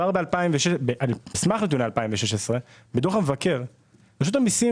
על סמך נתוני 2016 בדוח המבקר רשות המיסים